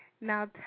Now